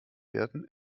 werden